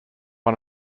one